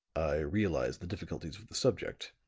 realize the difficulties of the subject,